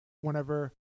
whenever